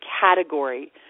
category